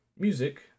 Music